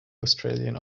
australian